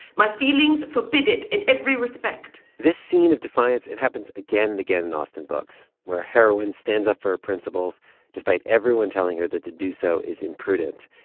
my feelings forbid it in every respect this scene of defiance, it happens again and again in austen books where a heroine stands up for principles despite everyone telling her that to do so is imprudent.